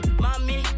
mommy